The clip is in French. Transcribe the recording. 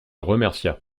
remercia